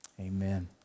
Amen